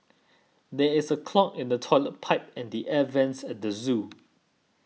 there is a clog in the Toilet Pipe and the Air Vents at the zoo